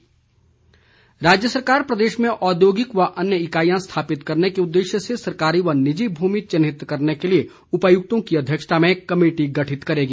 जयराम ठाक्र राज्य सरकार प्रदेश में औद्योगिक व अन्य इकाईयां स्थापित करने के उददेश्य से सरकारी व निजी भूमि चिन्हित करने के लिए उपायुक्तों की अध्यक्षता में कमेटी गठित करेगी